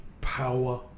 power